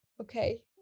Okay